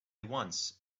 once